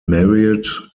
married